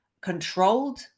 controlled